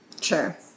Sure